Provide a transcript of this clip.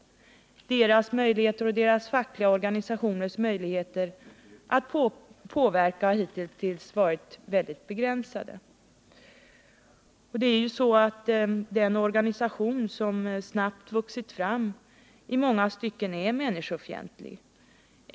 Deras och deras fackliga organisationers möjligheter till påverkan har hitintills varit mycket begränsade. Det är ju så att den organisation som snabbt vuxit fram är i många stycken människofientlig.